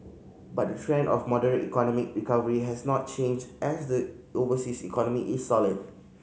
but the trend of moderate economic recovery has not changed as the overseas economy is solid